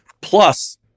plus